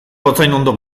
gotzainondo